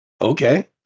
Okay